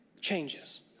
changes